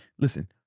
listen